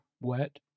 wet